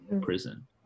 prison